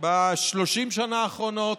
ב-30 השנה האחרונות.